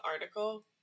article